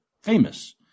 famous